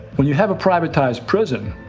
when you have a privatized prison,